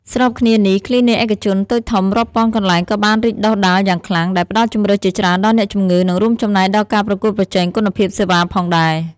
ស្របគ្នានេះ គ្លីនិកឯកជនតូចធំរាប់ពាន់កន្លែងក៏បានរីកដុះដាលយ៉ាងខ្លាំង ដែលផ្តល់ជម្រើសជាច្រើនដល់អ្នកជំងឺ និងរួមចំណែកដល់ការប្រកួតប្រជែងគុណភាពសេវាផងដែរ។